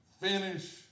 finish